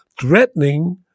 Threatening